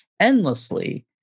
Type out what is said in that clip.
endlessly